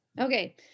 Okay